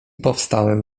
powstałem